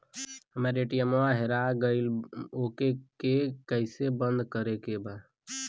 हमरा ए.टी.एम वा हेरा गइल ओ के के कैसे बंद करे के बा?